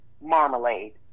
marmalade